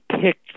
picked